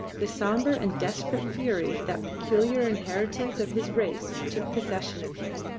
the sombre and desperate fury, that peculiar inheritance of his race, took possession of him,